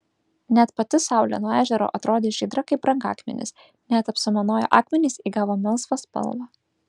net pati saulė nuo ežero atrodė žydra kaip brangakmenis net apsamanoję akmenys įgavo melsvą spalvą